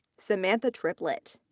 samantha triplett.